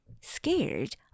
scared